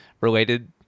related